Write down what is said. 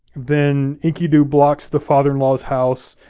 then enkidu blocks the father-in-law's house.